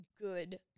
good